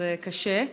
וזה קשה.